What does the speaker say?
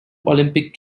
olympic